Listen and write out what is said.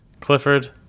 Clifford